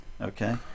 okay